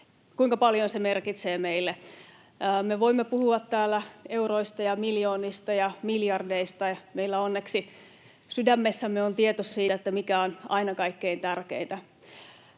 kuinka paljon se merkitsee meille. Me voimme puhua täällä euroista ja miljoonista ja miljardeista. Meillä onneksi sydämessämme on tieto siitä, mikä on aina kaikkein tärkeintä.